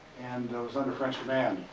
and was under french command.